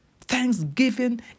Thanksgiving